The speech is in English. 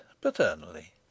paternally